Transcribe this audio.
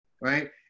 right